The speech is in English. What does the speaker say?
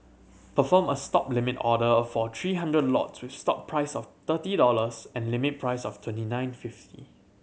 perform a Stop limit order for three hundred lots with stop price of thirty dollars and limit price of twenty nine fifty